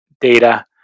data